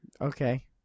Okay